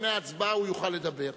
לפני ההצבעה הוא יוכל לדבר.